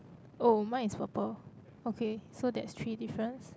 oh mine is purple okay so that's three difference